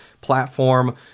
platform